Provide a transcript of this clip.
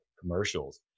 commercials